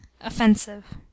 offensive